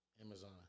Amazon